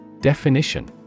Definition